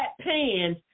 pans